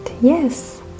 yes